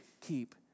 keep